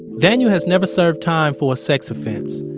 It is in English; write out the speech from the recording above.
daniel has never served time for a sex offense.